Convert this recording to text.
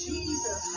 Jesus